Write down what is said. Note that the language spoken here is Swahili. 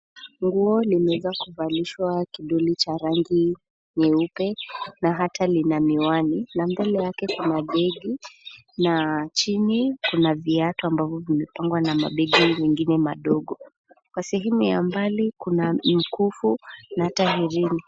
Nguo limeveza kuvalishwa kidoli cha rangi nyeupe na haat lina miwani na mbele yake kuna begi na chini kuna viatu ambavyo vimepangwa na mabegi mengine madogo. Kwa sehemu ya mbali kuna mikufu na hata herini.